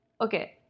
Okay